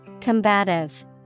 Combative